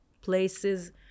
places